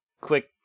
quick